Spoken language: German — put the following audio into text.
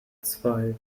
zwei